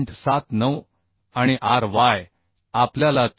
79 आणि Ry आपल्याला 74